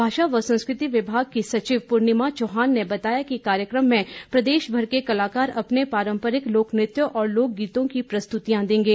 भाषा व संस्कृति विभाग की सचिव पूर्णिमा चौहान ने बताया कि कार्यक्रम में प्रदेश भर के कलाकार अपने पारंपरिक लोकनृत्यों और लोक गीतों की प्रस्तृतियां देंगे